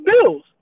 bills